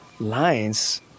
Lines